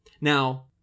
Now